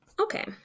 Okay